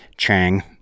Chang